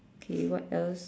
okay what else